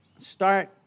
start